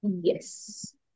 Yes